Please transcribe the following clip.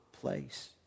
place